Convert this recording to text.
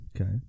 Okay